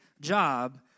job